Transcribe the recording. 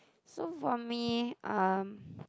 so for me um